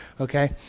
Okay